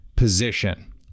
position